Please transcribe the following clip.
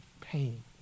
pain